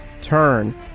turn